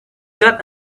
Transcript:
got